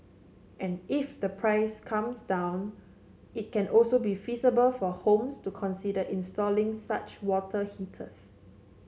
and if the price comes down it can also be feasible for homes to consider installing such water heaters